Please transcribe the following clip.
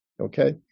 Okay